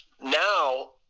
Now